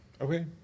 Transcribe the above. Okay